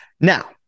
Now